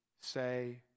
say